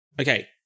okay